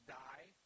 die